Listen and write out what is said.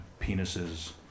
penises